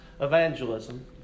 evangelism